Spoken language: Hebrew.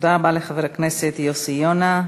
תודה רבה לחבר הכנסת יוסי יונה.